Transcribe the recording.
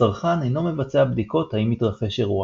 הצרכן אינו מבצע בדיקות האם התרחש אירוע.